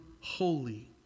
holy